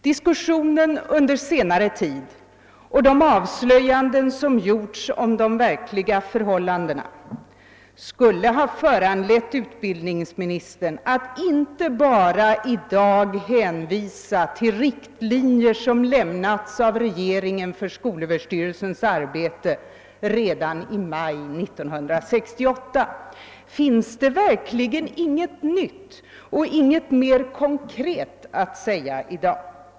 Diskussionen under senare tid och de avslöjanden som gjorts om de verkliga förhållandena borde ha föranlett utbildningsministern att i dag inte bara hänvisa till riktlinjer som lämnats av regeringen för skolöverstyrelsens arbete redan i maj 1968. Finns det verkligen inget nytt och inget mer konkret att säga i dag?